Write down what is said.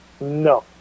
No